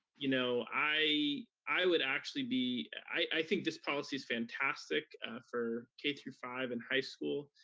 you know, i i would actually be, i think this policy's fantastic for k through five and high school.